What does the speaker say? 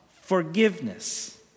forgiveness